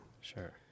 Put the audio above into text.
Sure